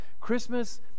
christmas